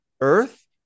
earth